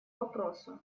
вопросу